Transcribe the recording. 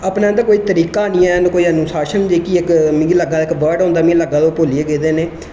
अपना उंदा कोई तरीका नेईं ऐ अनुशासन जेह्का इक वर्ड होंदा मिं लगदा ओह् एह् भुल्ली गै गेदे ना एह्